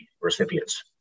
recipients